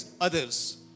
others